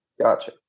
Gotcha